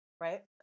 right